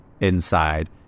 inside